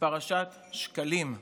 בפרשת שקלים.